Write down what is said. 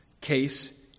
case